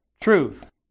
truth